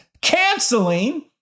canceling